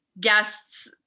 guests